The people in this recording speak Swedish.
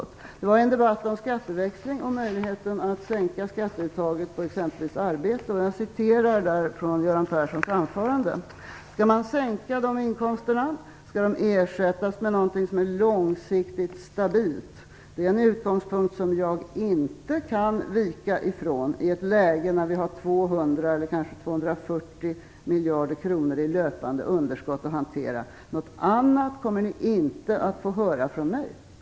Det var i en debatt om skatteväxling och möjligheten att sänka skatteuttaget på exempelvis arbete. Jag citerar från Göran Perssons anförande: "Skall man sänka de inkomsterna skall de ersättas med någonting som är långsiktigt stabilt. Det är en utgångspunkt som jag inte kan vika ifrån i ett läge när vi har 200, kanske 240 miljarder kronor i löpande underskott att hantera ---. Något annat kommer ni inte att få höra från mig ---."